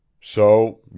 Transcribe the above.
So